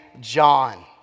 John